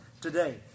today